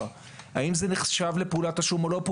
האם זו נחשבת לפעולת תשלום או לא?